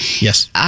Yes